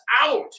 out